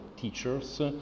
teachers